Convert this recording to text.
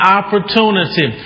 opportunity